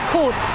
Court